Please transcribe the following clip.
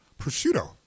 Prosciutto